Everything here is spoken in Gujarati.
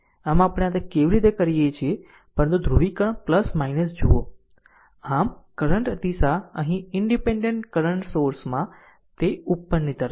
આમ આપણે આ તે કેવી રીતે કરીએ છીએ પરંતુ ધ્રુવીકરણ જુઓ આમ કરંટ દિશા અહીં ઈનડીપેન્ડેન્ટ કરંટ સોર્સમાં તે ઉપરની તરફ છે